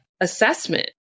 assessment